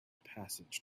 passage